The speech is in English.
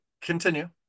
continue